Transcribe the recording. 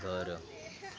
बरं